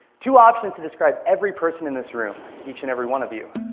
two options to describe every person in this room each and every one of you.